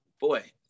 boy